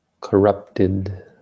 corrupted